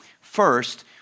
First